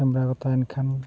camera ᱠᱚ ᱛᱟᱦᱮᱱ ᱠᱷᱟᱱ